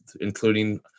including